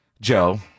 Joe